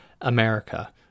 america